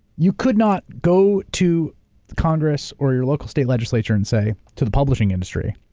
you could not go to congress or your local state legislature and say to the publishing industry,